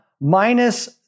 minus